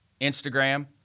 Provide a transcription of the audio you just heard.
Instagram